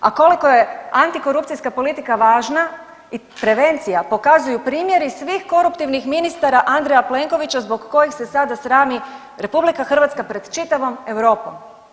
A koliko je antikorupcijska politika važna i prevencija pokazuju primjeri svih koruptivnih ministara Andreja Plenkovića zbog kojih se sada srami RH pred čitavom Europom.